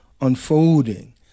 unfolding